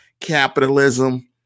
capitalism